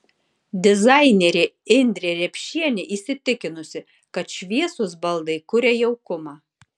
dizainerė indrė riepšienė įsitikinusi kad šviesūs baldai kuria jaukumą